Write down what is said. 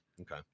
Okay